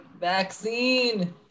vaccine